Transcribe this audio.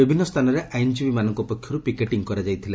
ବିଭିନ୍ଦ ସ୍ଥାନରେ ଆଇନ୍ଜୀବୀମାନଙ୍କ ପକ୍ଷରୁ ପିକେଟିଂ କରାଯାଇଥିଲା